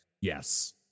yes